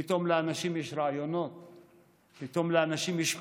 פתאום לאנשים יש רעיונות,